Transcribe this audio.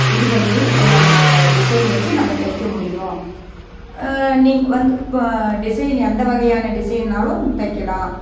இது பண்ணி நம்ம டிசைன் வெச்சி நம்ம தைக்க முடியும் நீங்கள் வந்து இப்போ டிசைன் எந்த வகையான டிசைன்னாலும் தைக்கலாம்